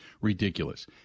ridiculous